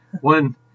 one